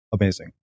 Amazing